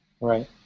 Right